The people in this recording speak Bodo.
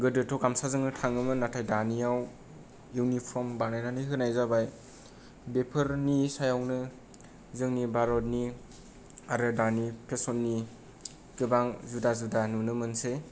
गोदोथ' गामसाजों थाङोमोन नाथाय दानिआव इउनिफर्म बानायनानै होनाय जाबाय बेफोरनि सायावनो जोंनि भारतनि दानि फेसननि गोबां जुदा जुदा नुनो मोनसै